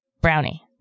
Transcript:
brownie